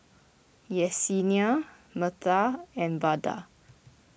Yessenia Metha and Vada